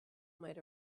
might